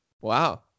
Wow